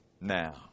now